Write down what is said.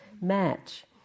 match